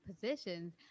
positions